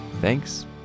Thanks